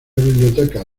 biblioteca